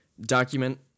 document